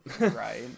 Right